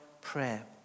prayer